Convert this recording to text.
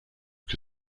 que